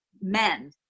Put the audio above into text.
men